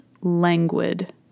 languid